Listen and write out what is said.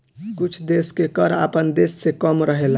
कुछ देश के कर आपना देश से कम रहेला